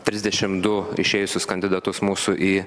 trisdešim du išėjusius kandidatus mūsų į